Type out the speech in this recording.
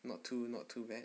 not too not too bad